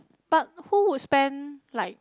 but who would spend like